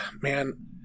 man